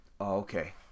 okay